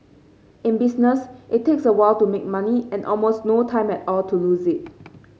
in business it takes a while to make money and almost no time at all to lose it